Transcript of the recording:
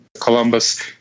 Columbus